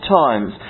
times